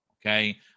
okay